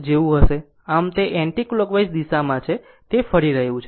આમ તે એન્ટિલોકવાઇઝ દિશામાં છે તે ફરી રહ્યું છે